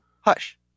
hush